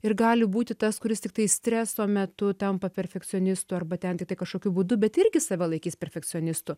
ir gali būti tas kuris tiktai streso metu tampa perfekcionistu arba ten tiktai kažkokiu būdu bet irgi save laikys perfekcionistu